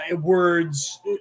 words